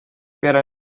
peale